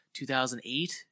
2008